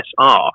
sr